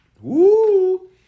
Woo